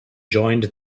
joined